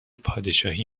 پادشاهی